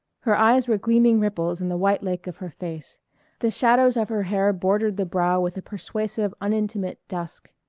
her eyes were gleaming ripples in the white lake of her face the shadows of her hair bordered the brow with a persuasive unintimate dusk.